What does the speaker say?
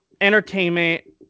entertainment